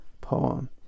poem